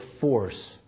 force